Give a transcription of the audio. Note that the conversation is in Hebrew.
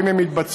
אם הן מתבצעות.